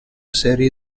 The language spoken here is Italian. serie